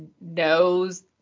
knows